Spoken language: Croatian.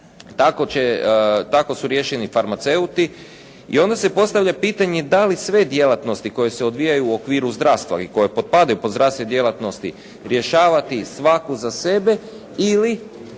tako su riješeni farmaceuti. I onda se postavlja pitanje da li sve djelatnosti koje se odvijaju u okviru zdravstva i koje potpadaju pod zdravstvene djelatnosti rješavati svaku za sebe ili